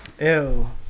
Ew